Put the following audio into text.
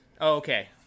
Okay